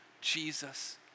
Jesus